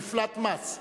מפלט מס.